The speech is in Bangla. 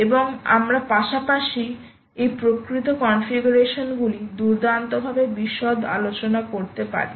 এবং আমরা পাশাপাশি এই প্রকৃত কনফিগারেশনগুলি দুর্দান্তভাবে বিশদ আলোচনা করতে পারি